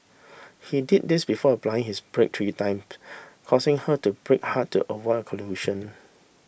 he did this before applying his brakes three time causing her to brake hard to avoid a collision